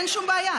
אין שום בעיה.